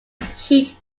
heat